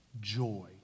Joy